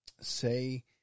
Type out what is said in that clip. say